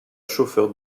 chauffeur